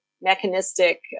mechanistic